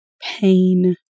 pain